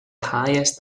highest